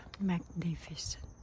magnificent